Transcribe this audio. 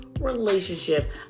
relationship